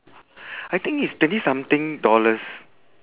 I think it's twenty something dollars